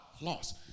loss